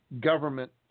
government